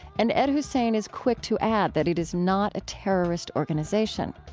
and ed husain is quick to add that it is not a terrorist organization.